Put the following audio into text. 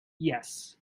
yes